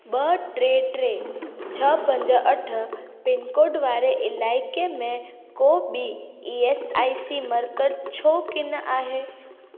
ॿ टे टे छह पंज अठ पिनकोड वारे इलाइके़ में को बि ई एस आई सी मर्कज़ छो कोन्ह आहे